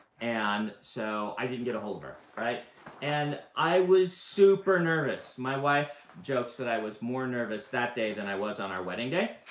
and so i didn't get ahold of her. and i was super nervous. my wife jokes that i was more nervous that day than i was on our wedding day.